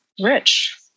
rich